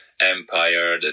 Empire